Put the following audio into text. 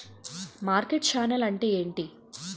Market channel అంటే ఏమిటి?